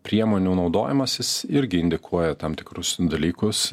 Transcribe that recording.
priemonių naudojimasis irgi indikuoja tam tikrus dalykus